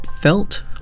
felt